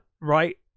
Right